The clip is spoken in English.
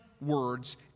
words